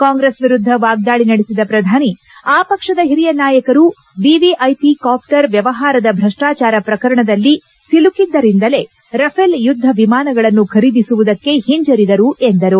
ಕಾಂಗ್ರೆಸ್ ವಿರುದ್ದ ವಾಗ್ದಾಳಿ ನಡೆಸಿದ ಪ್ರಧಾನಿ ಆ ಪಕ್ಷದ ಹಿರಿಯ ನಾಯಕರು ವಿವಿಐಪಿ ಕಾಪ್ವರ್ ವ್ವವಹಾರದ ಭ್ರಷ್ಟಾಚಾರ ಪ್ರಕರಣದಲ್ಲಿ ಸಲುಕಿದ್ದರಿಂದಲೇ ರಫೇಲ್ ಯುದ್ದ ವಿಮಾನಗಳನ್ನು ಖರೀದಿಸದಿರುವುದಕ್ಕೆ ಹಿಂಜರಿದರು ಎಂದರು